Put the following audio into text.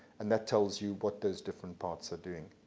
and that tells you what those different parts are doing.